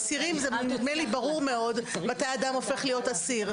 אסירים זה נדמה לי ברור מאוד מתי אדם הופך להיות אסיר.